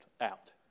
out